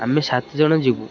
ଆମେ ସାତ ଜଣ ଯିବୁ